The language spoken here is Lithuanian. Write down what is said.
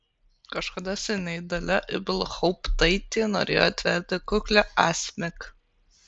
kažkada seniai dalia ibelhauptaitė norėjo atverti kuklią asmik